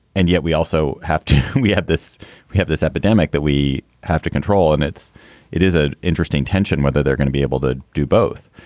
and yet we also have to and we have this we have this epidemic that we have to control. and it's it is an interesting tension whether they're going to be able to do both.